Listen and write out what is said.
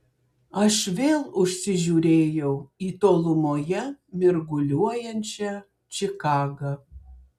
aš vėl užsižiūrėjau į tolumoje mirguliuojančią čikagą